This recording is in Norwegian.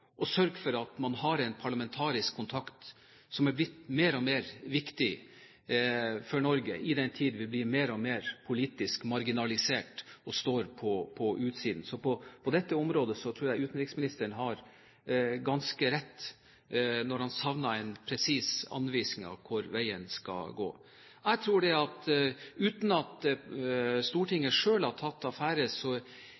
å sørge for at man har en parlamentarisk kontakt som er blitt mer og mer viktig for Norge, i en tid da vi blir mer og mer politisk marginalisert og står på utsiden. Så på dette området tror jeg utenriksministeren har ganske rett når han savner en presis anvisning av hvor veien skal gå. Jeg tror at uten at